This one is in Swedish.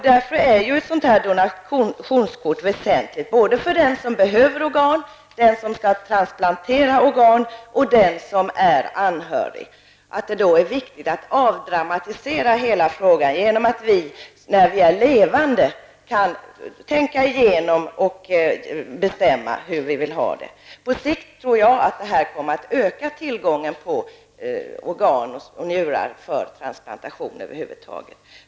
Därför är ett donationskort väsentligt, såväl för den som behöver organ och för den som skall transplantera organ som för anhöriga. Det är viktigt att avdramatisera hela frågan genom att vi, medan vi lever, kan tänka igenom och bestämma hur vi vill ha det. På sikt tror jag att det här kommer att öka tillgången på njurar och organ för transplantation över huvud taget.